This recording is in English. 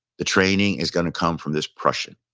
the training is going to come from this prussian.